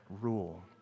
rule